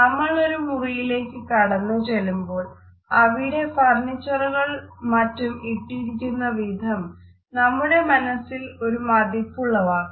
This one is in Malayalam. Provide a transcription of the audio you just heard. നമ്മൾ ഒരു മുറിയിലേക്ക് കടന്നു ചെല്ലുമ്പോൾ അവിടെ ഫർണ്ണീച്ചറുകളും മറ്റും ഇട്ടിരിക്കുന്നവിധം നമ്മുടെ മനസ്സിൽ ഒരു മതിപ്പുളവാക്കും